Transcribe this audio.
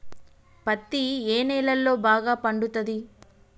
పత్తి ఏ నేలల్లో బాగా పండుతది?